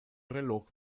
reloj